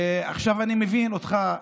ועכשיו אני מבין אותך,